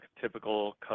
typical